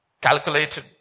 calculated